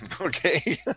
okay